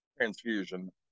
transfusion